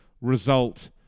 result